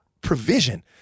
provision